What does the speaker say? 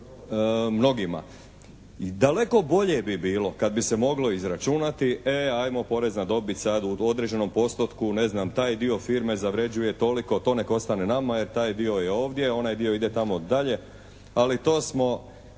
daleko bolje bi bilo kad bi se moglo izračunati e ajmo porez na dobit sada u određenom postotku, ne znam taj dio firme zavrjeđuje toliko, to neka ostane nama jer taj dio je ovdje a onaj dio ide tamo dalje. Ali to smo